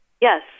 Yes